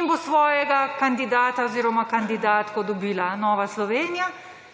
in bo svojega kandidata oziroma kandidatko dobila Nova Slovenija